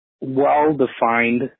well-defined